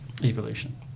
evolution